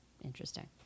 interesting